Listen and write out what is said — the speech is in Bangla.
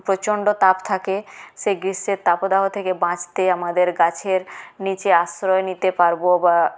প্রচন্ড তাপ থাকে সেই গ্রীষ্মের তাপদাহ থেকে বাঁচতে আমাদের গাছের নিচে আশ্রয় নিতে পারব বা